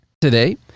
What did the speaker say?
today